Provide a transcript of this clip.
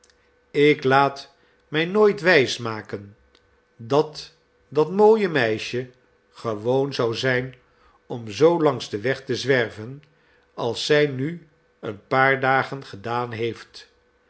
ik laat mij nooit wijsmaken dat dat mooie meisje gewoon zou zijn om zoo langs den weg te zwerven als zij nu een paar dagen gedaan heeft